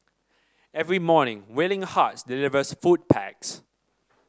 every morning Willing Hearts delivers food packs